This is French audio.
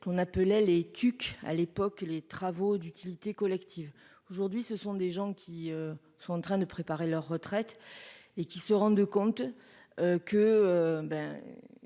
qu'on appelait les TUC, à l'époque, les travaux d'utilité collective aujourd'hui, ce sont des gens qui sont en train de préparer leur retraite et qui se rendent compte que